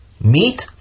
meat